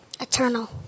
Eternal